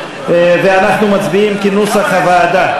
ואנחנו מצביעים כנוסח הוועדה.